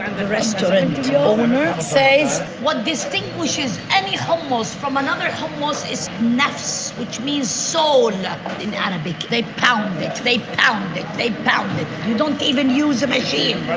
the restaurant owner says, what distinguishes any hummus from another hummus is nafs which means soul in arabic. they pound it they pound it they pound it. you don't even use a machine.